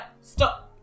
stop